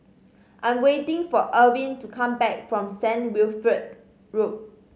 I'm waiting for Irving to come back from Saint Wilfred Road